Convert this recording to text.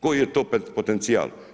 Koji je to potencijal.